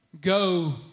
Go